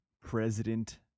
President